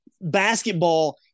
Basketball